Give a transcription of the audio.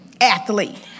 athlete